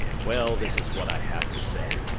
well, this is what i have to say,